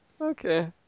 Okay